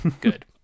Good